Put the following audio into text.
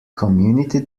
community